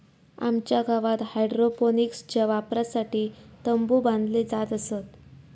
आमच्या गावात हायड्रोपोनिक्सच्या वापरासाठी तंबु बांधले जात असत